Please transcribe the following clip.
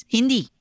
Hindi